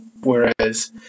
whereas